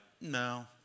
no